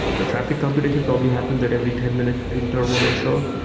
their traffic computation probably happens at every ten minute interval or so.